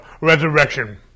resurrection